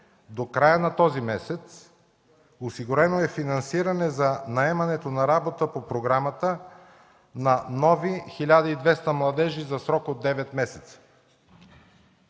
до края на този месец. Осигурено е финансиране за наемането на работа по програмата на нови 1200 младежи за срок от 9 месеца.